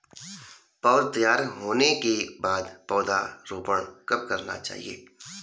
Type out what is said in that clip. पौध तैयार होने के बाद पौधा रोपण कब करना चाहिए?